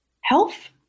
health